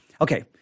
okay